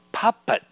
puppet